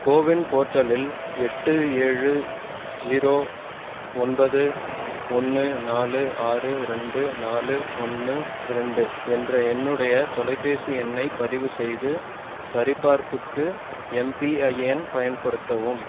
CoWIN போர்ட்டலில் எட்டு ஏழு ஸிரோ ஒன்பது ஒன்று நாலு ஆறு ரெண்டு நாலு ஒன்று ரெண்டு என்ற என்னுடைய தொலைபேசி எண்ணைப் பதிவு செய்து சரிபார்ப்புக்கு எம்பிஐஎன் பயன்படுத்தவும்